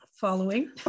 following